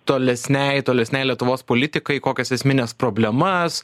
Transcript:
tolesniai tolesniai lietuvos politikai kokias esmines problemas